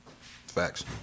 Facts